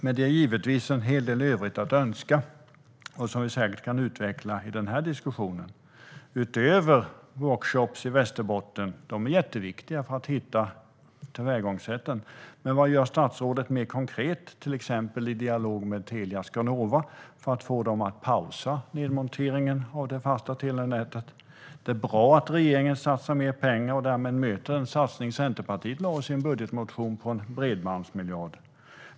Men det finns givetvis en hel del övrigt att önska, som vi säkert kan utveckla i den här diskussionen. Workshoppar i Västerbotten är jätteviktiga för att hitta tillvägagångssätten. Men vad gör statsrådet mer konkret, till exempel i dialog med Telia och Skanova, för att få dem att pausa nedmonteringen av det fasta telenätet? Det är bra att regeringen satsar mer pengar och därmed möter satsningen i Centerpartiets budgetmotion på en bredbandsmiljard.